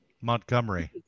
Montgomery